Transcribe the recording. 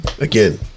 again